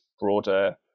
broader